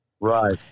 Right